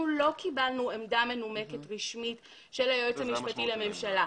אנחנו לא קיבלנו עמדה מנומקת רשמית של היועץ המשפטי לממשלה.